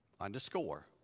Underscore